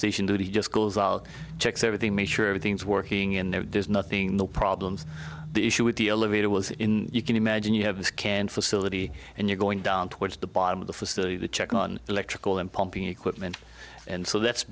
station duty just goes out checks everything make sure everything's working and there's nothing the problems the issue with the elevator was in you can imagine you have this canned facility and you're going down towards the bottom of the facility to check on electrical and pumping equipment and so that's